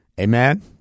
Amen